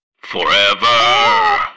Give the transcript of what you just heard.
FOREVER